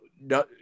no